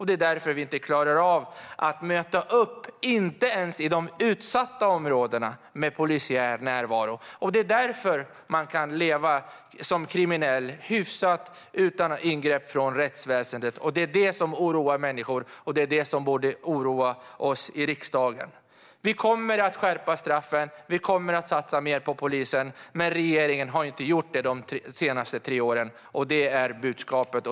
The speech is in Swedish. Det är därför som vi inte klarar av att ens i de utsatta områdena möta upp med polisiär närvaro. Det är därför som man kan leva hyfsat som kriminell utan ingrepp från rättsväsendet. Det är det som oroar människor, och det är det som borde oroa oss i riksdagen. Vi kommer att skärpa straffen, och vi kommer att satsa mer på polisen. Men regeringen har inte gjort det under de senaste tre åren; det är budskapet.